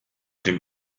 dem